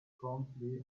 promptly